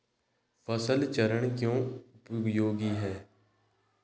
फसल चरण क्यों उपयोगी है?